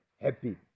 happy